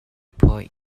phoih